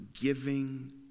giving